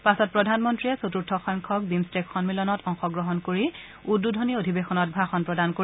পাছত প্ৰধানমন্ত্ৰীয়ে চতূৰ্থসংখ্যক বিমট্টেক সম্মিলনত অংশগ্ৰহণ কৰি উদ্বোধনী অধিবেশনত ভাষণ প্ৰদান কৰিব